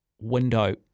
window